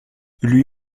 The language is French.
lui